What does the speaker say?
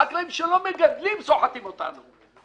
החקלאים שלא מגדלים סוחטים אותנו.